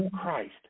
Christ